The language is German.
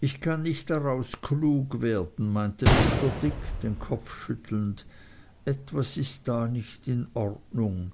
ich kann nicht daraus klug werden meinte mr dick den kopf schüttelnd etwas ist da nicht in ordnung